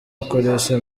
akoresha